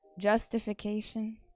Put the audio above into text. justification